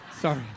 sorry